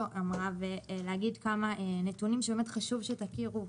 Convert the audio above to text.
אמרה ולהגיד כמה נתונים שחשוב שתכירו.